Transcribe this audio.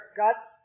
guts